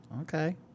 Okay